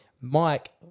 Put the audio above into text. Mike